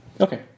Okay